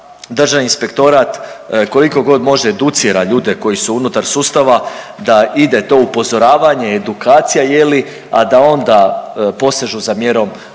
Državni inspektorat kolikogod može educira ljude koji su unutar sustava da ide to upozoravanje, edukacija, a da onda posežu za mjerom kažnjavanja.